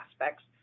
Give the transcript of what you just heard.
aspects